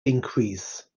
increase